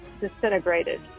disintegrated